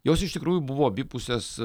jos iš tikrųjų buvo abipusės